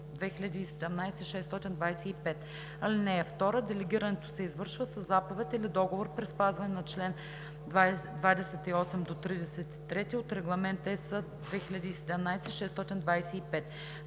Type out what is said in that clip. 2017/625. (2) Делегирането се извършва със заповед или договор при спазване на чл. 28 – 33 от Регламент (ЕС) 2017/625.